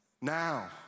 Now